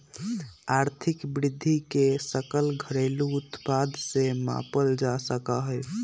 आर्थिक वृद्धि के सकल घरेलू उत्पाद से मापल जा सका हई